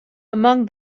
among